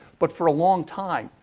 but, for a long time,